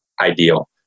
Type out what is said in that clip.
ideal